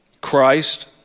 Christ